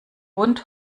bund